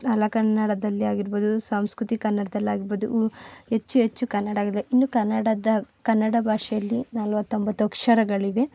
ಹಳೆಗನ್ನಡದಲ್ಲಿ ಹಳೆಗನ್ನಡದಲ್ಲಿ ಸಂಸ್ಕೃತಿ ಕನ್ನಡದಲ್ಲಿ ಹಳೆಗನ್ನಡದಲ್ಲಿ ಉ ಹೆಚ್ಚು ಹೆಚ್ಚು ಕನ್ನಡಲ್ಲಿ ಇನ್ನು ಕನ್ನಡದ ಕನ್ನಡ ಭಾಷೆಯಲ್ಲಿ ನಲ್ವತ್ತೊಂಬತ್ತು ಅಕ್ಷರಗಳಿವೆ